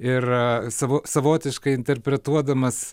ir savo savotiškai interpretuodamas